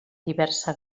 diversa